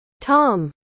Tom